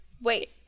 wait